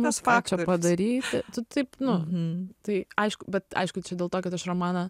nes kaip čia padaryk tu taip nu nu tai aišku bet aišku čia dėl to kad aš romaną